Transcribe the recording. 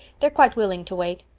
they're quite willing to wait.